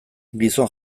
gizon